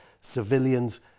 civilians